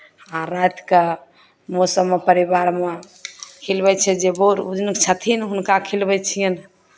आ रातिकेँ मोसममे परिवारमे खिलबै छियै जे बर बुझनुक छथिन हुनका खिलबै छियनि